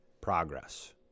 progress